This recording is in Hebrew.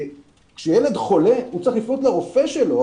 כשילד חולה הוא צריך לפנות לרופא שלו.